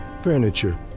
furniture